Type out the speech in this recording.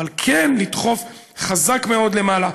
אבל כן לדחוף חזק מאוד למעלה,